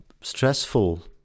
stressful